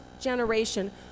generation